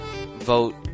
vote